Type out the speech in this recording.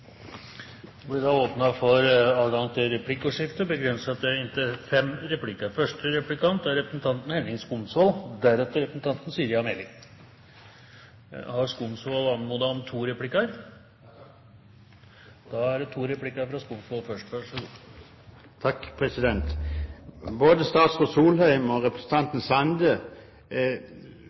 Det blir åpnet for replikkordskifte. Har Skumsvoll anmodet om to replikker? Ja takk. Da er det to replikker fra Skumsvoll først, vær så god. Takk, president! Både statsråd Solheim og representanten Sande